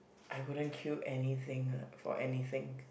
I wouldn't queue anything ah for anything